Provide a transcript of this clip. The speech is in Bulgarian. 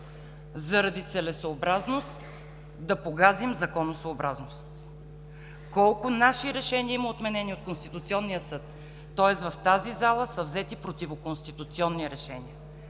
заради целесъобразност да погазим законосъобразност? Колко наши решения има отменени от Конституционния съд? Тоест, в тази зала са взети противоконституционни решения.